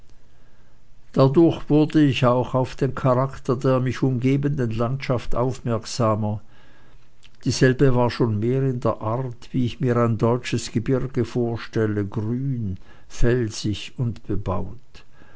dadurch wurde ich auch auf den charakter der mich umgebenden landschaft aufmerksamer dieselbe war schon mehr in der art wie ich mir deutsches gebirge vorstellte grün felsig und bebaut